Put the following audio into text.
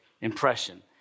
impression